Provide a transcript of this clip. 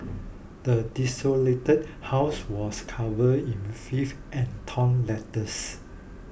the desolated house was covered in filth and torn letters